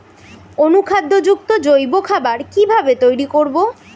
অনুখাদ্য যুক্ত জৈব খাবার কিভাবে তৈরি করব?